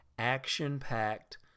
action-packed